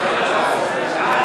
מנחם אליעזר מוזס, ישראל